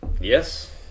Yes